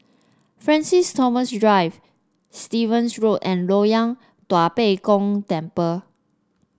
Francis Thomas Drive Stevens Road and Loyang Tua Pek Kong Temple